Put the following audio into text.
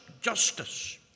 justice